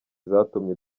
zatumye